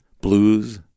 Blues